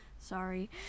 sorry